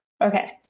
okay